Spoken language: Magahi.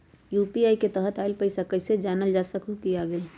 यू.पी.आई के तहत आइल पैसा कईसे जानल जा सकहु की आ गेल?